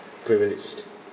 too mi~